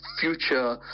future